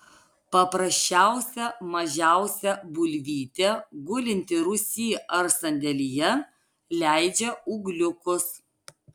paprasčiausia mažiausia bulvytė gulinti rūsy ar sandėlyje leidžia ūgliukus